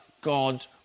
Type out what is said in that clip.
God